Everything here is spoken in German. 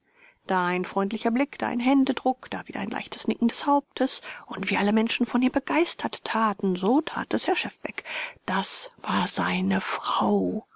da ein freundlicher blick da ein händedruck da wieder ein leichtes nicken des hauptes und wie alle menschen von ihr begeistert taten so tat es herr schefbeck das war seine frau